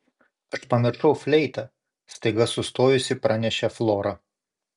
aš pamiršau fleitą staiga sustojusi pranešė flora